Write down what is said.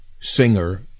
singer